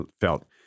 felt